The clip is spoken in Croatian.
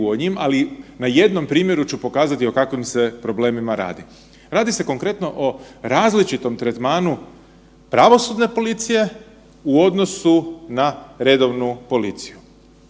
ali na jednom primjeru ću pokazati o kakvim se problemima radi. Radi se konkretno o različitom tretmanu pravosudne policije u odnosu na redovnu policiju